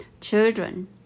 children